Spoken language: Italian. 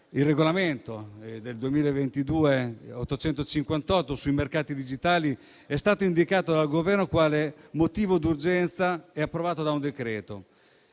il regolamento n. 858 del 2022, sui mercati digitali, è stato indicato dal Governo quale motivo d'urgenza e approvato con un decreto